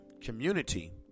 community